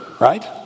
right